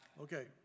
okay